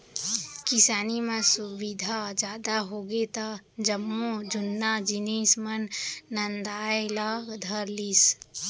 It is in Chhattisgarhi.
किसानी म सुबिधा जादा होगे त जम्मो जुन्ना जिनिस मन नंदाय ला धर लिस